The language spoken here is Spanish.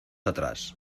atrás